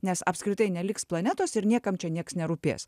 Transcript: nes apskritai neliks planetos ir niekam čia nieks nerūpės